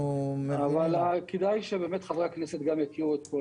אנחנו --- כדאי שבאמת חברי הכנסת יכירו את כל